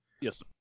Yes